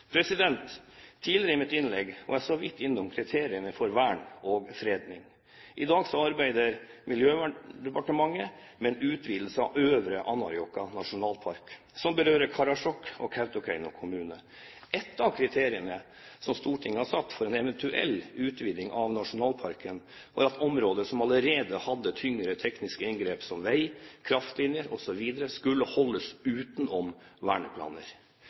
Tidligere i mitt innlegg var jeg så vidt innom kriteriene for vern og fredning. I dag arbeider Miljøverndepartementet med en utvidelse av Øvre Anárjohka nasjonalpark, som berører Karasjok og Kautokeino kommuner. Et av kriteriene som Stortinget har satt for en eventuell utvidelse av nasjonalparken, var at områder som allerede hadde tyngre tekniske inngrep som vei, kraftlinjer osv., skulle holdes utenom verneplaner.